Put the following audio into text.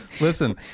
Listen